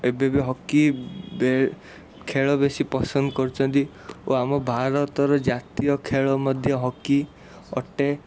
ଏବେବି ହକି ବେ ଖେଳ ବେଶୀ ପସନ୍ଦ କରୁଛନ୍ତି ଓ ଆମ ଭାରତର ଜାତୀୟଖେଳ ମଧ୍ୟ ହକି ଅଟେ